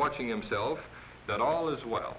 watching him self that all is well